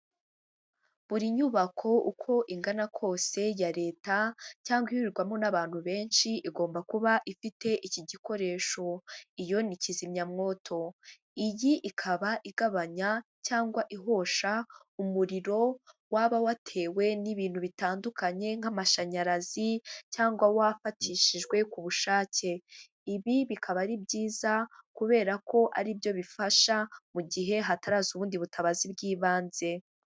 Buri nyubako uko ingana kose ya Leta, cyangwa ihurirwamo n'abantu benshi igomba kuba ifite iki gikoresho, iyo ni kizimyamwoto, iyi ikaba igabanya cyangwa ihosha umuriro waba watewe n'ibintu bitandukanye, nk'amashanyarazi cyangwa wafatishijwe ku bushake, ibi bikaba ari byiza kubera ko ari byo bifasha mu gihe hataraza ubundi butabazi bw'ibanze.